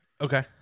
Okay